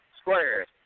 Squares